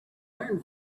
learn